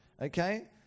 okay